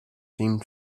seem